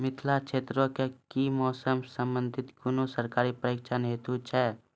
मिथिला क्षेत्रक कि मौसम से संबंधित कुनू सरकारी प्रशिक्षण हेतु छै?